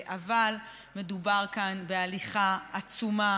אבל מדובר כאן בהליכה עצומה